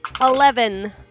Eleven